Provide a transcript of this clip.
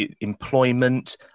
employment